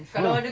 ah